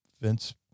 Vince